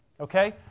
Okay